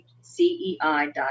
CEI.org